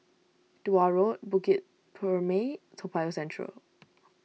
Tuah Road Bukit Purmei Toa Payoh Central